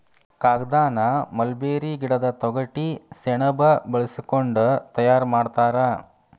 ಕಾಗದಾನ ಮಲ್ಬೇರಿ ಗಿಡದ ತೊಗಟಿ ಸೆಣಬ ಬಳಸಕೊಂಡ ತಯಾರ ಮಾಡ್ತಾರ